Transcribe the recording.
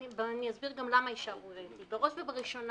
אני חייבת לומר במילים שבדרך כלל